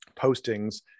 postings